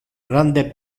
grande